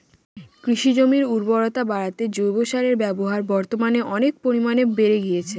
কৃষিজমির উর্বরতা বাড়াতে জৈব সারের ব্যবহার বর্তমানে অনেক পরিমানে বেড়ে গিয়েছে